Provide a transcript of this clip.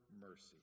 mercy